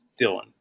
Dylan